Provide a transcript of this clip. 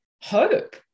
hope